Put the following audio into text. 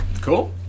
Cool